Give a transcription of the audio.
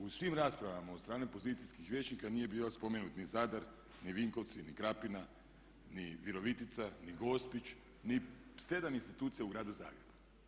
U svim raspravama od strane pozicijskih vijećnika nije bio spomenut ni Zadar, ni Vinkovci, ni Krapina, ni Virovitica, ni Gospić, ni sedam institucija u gradu Zagrebu.